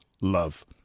love